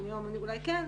היום אולי כן,